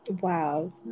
Wow